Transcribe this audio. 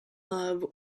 love